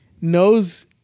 knows